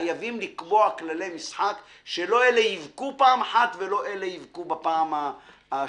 חייבים לקבוע כללי משחק שלא אלה יבכו פעם ולא אלה יבכו בפעם השנייה.